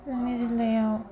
जोंनि जिल्लायाव